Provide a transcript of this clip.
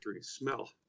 smell